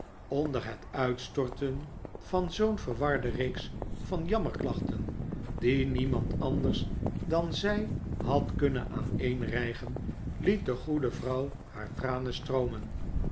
onder het uitstorten van zoo'n verwarde reeks van jammerklachten die niemand anders dan zij had kunnen aaneenrijgen liet de goede vrouw haar tranen stroomen